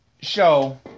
show